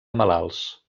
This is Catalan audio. malalts